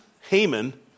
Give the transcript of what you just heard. Haman